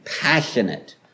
passionate